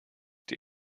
die